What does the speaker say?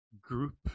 group